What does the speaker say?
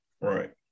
Right